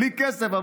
בלי כסף,